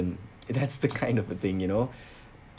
and that's the kind of a thing you know